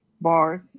bars